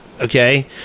Okay